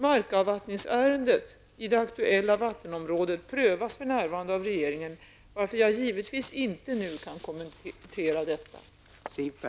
Markavvattningsärendet i det aktuella vattenområdet prövas för närvarande av regeringen, varför jag givetvis inte nu kan kommentera detta.